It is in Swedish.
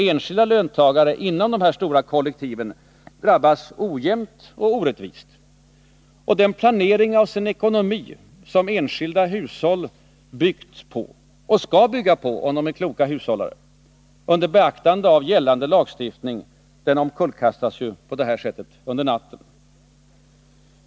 Enskilda löntagare inom de här stora kollektiven drabbas ojämnt och orättvist. Den planering av sin ekonomi som enskilda hushåll byggt på — och skall bygga på, om de är kloka hushållare — under beaktande av gällande lagstiftning omkullkastas på det här sättet över natten.